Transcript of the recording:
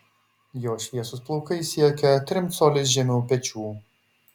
jo šviesūs plaukai siekia trim coliais žemiau pečių